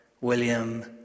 William